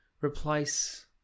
replace